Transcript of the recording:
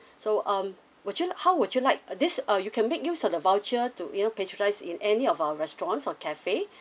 so um would you how would you like uh this uh you can make use of the voucher to you know patronise in any of our restaurants or cafe